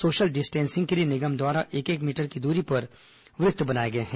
social distancing के लिए निगम द्वारा एक एक मीटर की दूरी पर सर्कल बनाया गया है